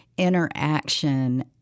Interaction